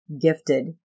gifted